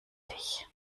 dich